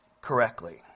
correctly